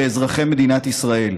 לאזרחי מדינת ישראל.